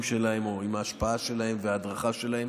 שלהם או עם ההשפעה שלהם וההדרכה שלהם,